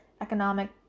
economic